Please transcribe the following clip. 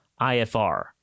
IFR